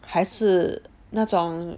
还是那种